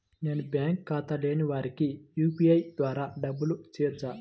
నేను బ్యాంక్ ఖాతా లేని వారికి యూ.పీ.ఐ ద్వారా డబ్బులు వేయచ్చా?